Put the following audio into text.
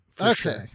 Okay